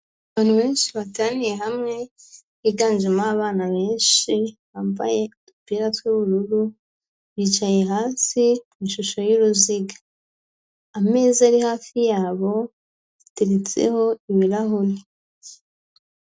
Abantu benshi bateraniye hamwe, higanjemo abana benshi bambaye udupira tw'ubururu, bicaye hasi mu ishusho y'uruziga, ameza ari hafi yabo ateretseho ibirahuri.